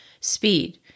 speed